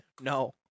No